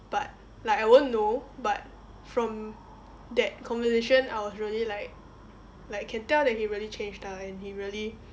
but like I won't know but from that conversation I was really like like can tell that he really changed ah and he really